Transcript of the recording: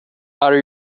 are